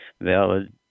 valid